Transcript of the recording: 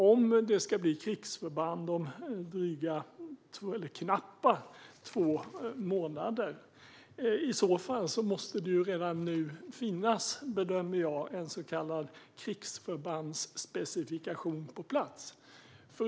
Om det ska bli krigsförband om knappa två månader måste det i så fall redan nu finnas, bedömer jag, en så kallad krigsförbandsspecifikation på plats.